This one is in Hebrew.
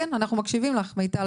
כן, אנחנו מקשיבים לך מיטל.